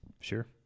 Sure